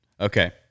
Okay